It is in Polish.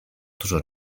dużo